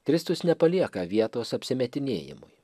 kristus nepalieka vietos apsimetinėjimui